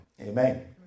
Amen